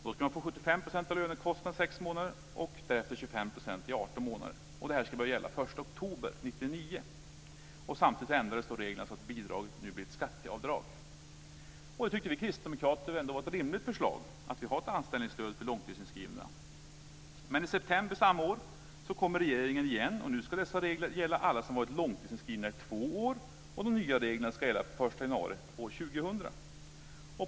Då skulle man få 75 % av lönekostnaden i sex månader och därefter 25 % i 18 månader. Det här skulle börja gälla den 1 oktober Detta tyckte vi kristdemokrater ändå var ett rimligt förslag, dvs. att vi har ett anställningsstöd för långtidsinskrivna. Men i september samma år kom regeringen igen. Nu skulle dessa regler gälla alla som varit långtidsinskrivna i två år. De nya reglerna skulle gälla från den 1 januari 2000.